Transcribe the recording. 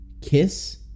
kiss